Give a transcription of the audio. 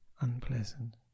unpleasant